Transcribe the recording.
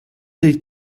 del